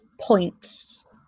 points